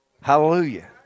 hallelujah